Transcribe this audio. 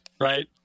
right